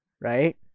right